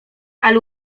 ale